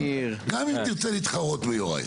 גם אם תרצה להתחרות ביוראי.